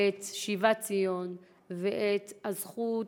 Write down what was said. את שיבת ציון ואת הזכות